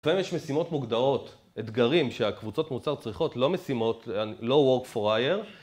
לפעמים יש משימות מוגדרות, אתגרים שהקבוצות מוצר צריכות, לא משימות, לא work for hire